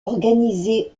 organisé